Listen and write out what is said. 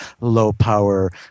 low-power